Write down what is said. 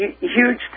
huge